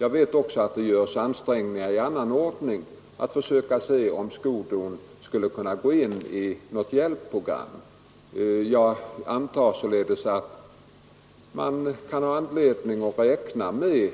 Jag vet också att det görs ansträngningar att undersöka om skodon skulle kunna gå in i något hjälpprogram. Jag antar således att man i dessa industrier kan ha anledning räkna med